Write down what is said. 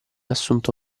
assunto